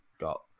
got